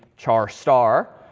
char star.